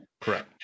Correct